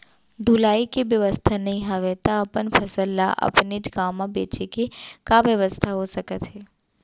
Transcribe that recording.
ढुलाई के बेवस्था नई हवय ता अपन फसल ला अपनेच गांव मा बेचे के का बेवस्था हो सकत हे?